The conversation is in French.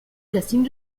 casting